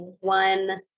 one